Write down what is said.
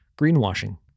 greenwashing